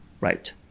Right